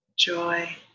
Joy